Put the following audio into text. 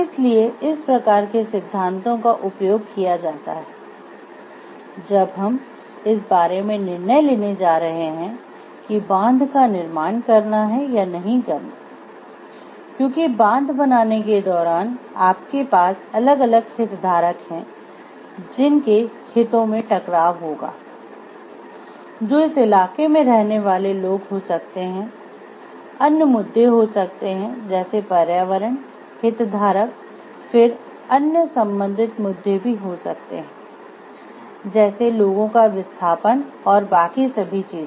इसलिए इस प्रकार के सिद्धांतों का उपयोग किया जाता है जब हम इस बारे में निर्णय लेने जा रहे हैं कि बांध का निर्माण करना है या नहीं क्योंकि बांध बनाने के दौरान आपके पास अलग अलग हितधारक हैं जिनके हितों में टकराव होगा जो उस इलाके में रहने वाले लोग हो सकते हैं अन्य मुद्दे हो सकते हैं जैसे पर्यावरण हितधारक फिर अन्य संबंधित मुद्दे भी हो सकते हैं जैसे लोगों का विस्थापन और बाकी सभी चीजें